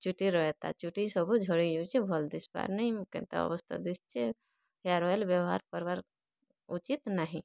ଚୁଟି ରହେତା ଚୁଟି ସବୁ ଝଡ଼ି ଯାଉଛେ ଭଲ୍ ଦିଶ୍ବାର୍ ନାଇ କେନ୍ତା ଅବସ୍ଥା ଦିଶୁଛେ ହେୟାର୍ ଅଏଲ୍ ବ୍ୟବହାର୍ କର୍ବାର୍ ଉଚିତ୍ ନାହିଁ